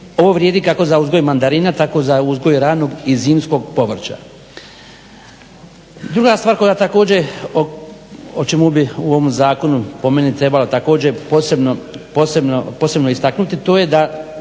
Ovo vrijedi kako za uzgoj mandarina, tako za uzgoj ranog i zimskog povrća. Druga stvar koja također o čemu bih u ovom zakonu po meni trebala također posebno istaknuti to je da